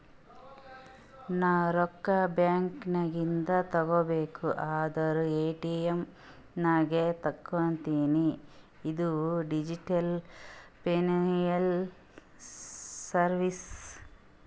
ನಾ ರೊಕ್ಕಾ ಬ್ಯಾಂಕ್ ನಾಗಿಂದ್ ತಗೋಬೇಕ ಅಂದುರ್ ಎ.ಟಿ.ಎಮ್ ನಾಗೆ ತಕ್ಕೋತಿನಿ ಇದು ಡಿಜಿಟಲ್ ಫೈನಾನ್ಸಿಯಲ್ ಸರ್ವೀಸ್